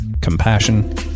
compassion